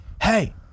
hey